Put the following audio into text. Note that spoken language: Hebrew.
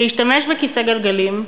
שהשתמש בכיסא גלגלים,